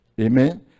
Amen